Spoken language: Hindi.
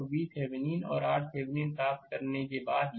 तो VThevenin और RThevenin प्राप्त करने के बाद यह